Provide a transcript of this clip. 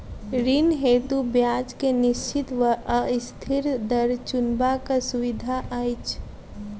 ऋण हेतु ब्याज केँ निश्चित वा अस्थिर दर चुनबाक सुविधा अछि